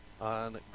on